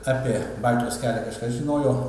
apie baltijos kelią kažkas žinojo